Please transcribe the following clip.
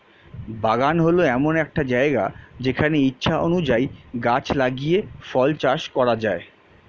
বাগান হল এমন একটা জায়গা যেখানে ইচ্ছা অনুযায়ী গাছ লাগিয়ে ফল চাষ করা যায়